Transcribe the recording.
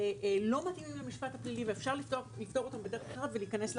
לא מתאימים למשפט הפלילי ואפשר לפתור אותם בדרך אחרת ותכף ניכנס לפרטים.